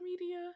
media